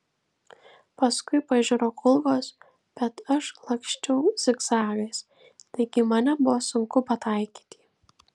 paskui pažiro kulkos bet aš laksčiau zigzagais taigi į mane buvo sunku pataikyti